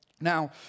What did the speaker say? Now